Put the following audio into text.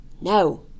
no